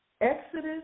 Exodus